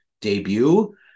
debut